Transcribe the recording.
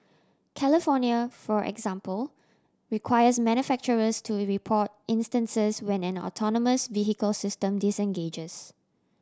California for example requires manufacturers to report instances when an autonomous vehicle system disengages